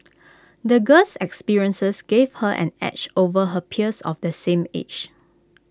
the girl's experiences gave her an edge over her peers of the same age